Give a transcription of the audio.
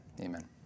Amen